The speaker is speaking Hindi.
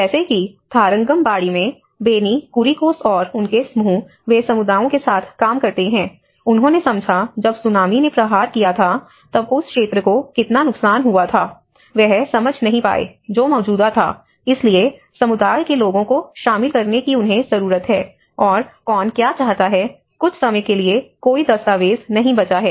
जैसे कि थारंगंबाड़ी में बेनी कुरीकोस और उनके समूह वे समुदायों के साथ काम करते हैं उन्होंने समझा जब सुनामी ने प्रहार किया था तब उस क्षेत्र को कितना नुकसान हुआ था वह समझ नहीं पाए जो मौजूदा था इसलिए समुदाय के लोगों को शामिल करने की उन्हें जरूरत है और कौन क्या चाहता है कुछ समय के लिए कोई दस्तावेज नहीं बचा है